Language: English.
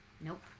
Nope